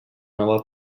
nova